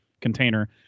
container